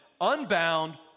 unbound